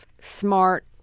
smart